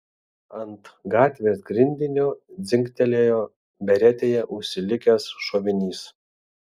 ant gatvės grindinio dzingtelėjo beretėje užsilikęs šovinys